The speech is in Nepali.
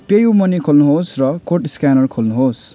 पेयु मनी खोल्नुहोस् र कोड स्क्यानर खोल्नुहोस्